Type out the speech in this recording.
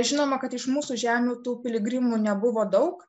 žinoma kad iš mūsų žemių tų piligrimų nebuvo daug